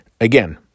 Again